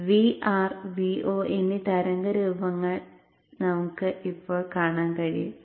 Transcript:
Vr Vo എന്നീ തരംഗ രൂപങ്ങൾ നമുക്ക് ഇപ്പോൾ കാണാൻ കഴിയും